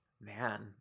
Man